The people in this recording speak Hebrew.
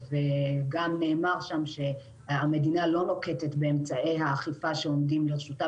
נאמר שם גם שהמדינה לא נוקטת באמצעי האכיפה שעומדים לרשותה,